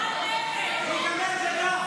איזה בושה,